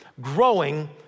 Growing